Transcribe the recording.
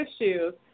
issues